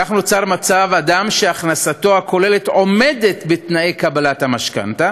כך נוצר מצב שאדם שהכנסתו הכוללת עומדת בתנאי קבלת משכנתה,